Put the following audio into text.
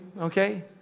okay